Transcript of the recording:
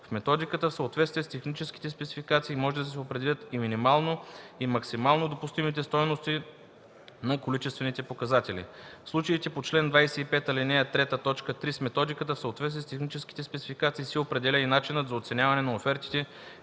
В методиката в съответствие с техническите спецификации може да се определят и минимално и максимално допустимите стойности на количествените показатели. В случаите по чл. 25, ал. 3, т. 3 с методиката в съответствие с техническите спецификации се определя и начинът за оценяване на офертите,